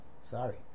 Sorry